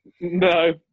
No